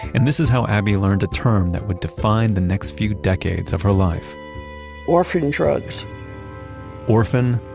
and this is how abbey learned a term that would define the next few decades of her life orphan drugs orphan.